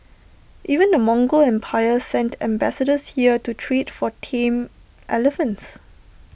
even the Mongol empire sent ambassadors here to trade for tame elephants